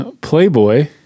Playboy